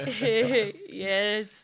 Yes